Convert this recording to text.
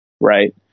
Right